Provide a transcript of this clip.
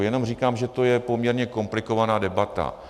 Jenom říkám, že to je poměrně komplikovaná debata.